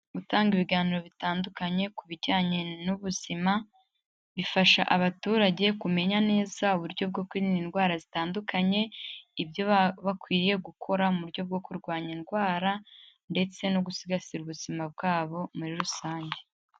Gutanga ibiganiro bitandukanye ku bijyanye n'ubuzima, bifasha abaturage kumenya neza uburyo bwo kwirinda indwara zitandukanye, ibyo bakwiriye gukora mu buryo bwo kurwanya indwara ndetse no gusigasira ubuzima bwabo muri rusange.